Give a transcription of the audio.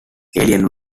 alien